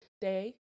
day